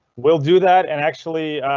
will do that. and actually,